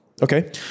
Okay